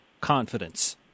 confidence